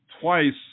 twice